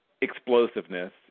explosiveness